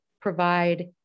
provide